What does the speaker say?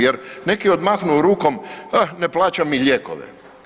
Jer neki odmahnu rukom ne plaćam lijekove.